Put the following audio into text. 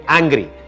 angry